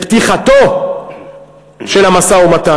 לפתיחתו של המשא-ומתן.